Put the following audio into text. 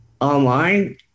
online